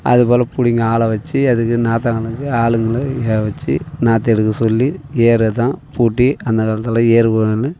அதுபோல பிடுங்கி ஆளை வச்சி அதுக்கு நாத்தாங்கல்லுக்கு ஆளுங்கள வச்சி நாத்து எடுக்க சொல்லி ஏறுதான் பூட்டி அந்தகாலத்தில் ஏறு பண்ணு